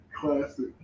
classic